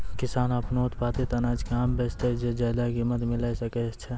किसान आपनो उत्पादित अनाज कहाँ बेचतै जे ज्यादा कीमत मिलैल सकै छै?